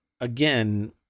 Again